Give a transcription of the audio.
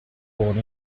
born